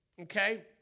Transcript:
okay